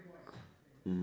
mm